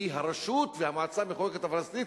כי הרשות והמועצה המחוקקת הפלסטינית,